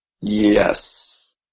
Yes